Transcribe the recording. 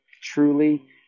Truly